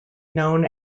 known